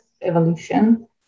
evolution